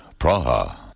Praha